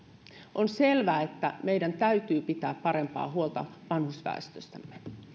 on selvää että meidän täytyy pitää parempaa huolta vanhusväestöstämme